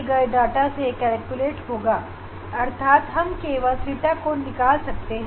अब हमें केवल अलग अलग वेवलेंथ और अलग अलग ऑर्डर के लिए थीटा को निकालना होगा